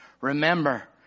Remember